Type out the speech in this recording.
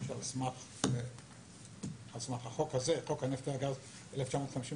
אצלנו לפי חוק הגז מ-1952